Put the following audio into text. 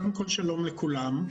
קודם כל שלום לכולם,